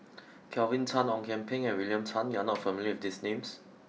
Kelvin Tan Ong Kian Peng and William Tan you are not familiar with these names